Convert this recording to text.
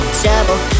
trouble